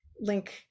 link